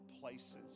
places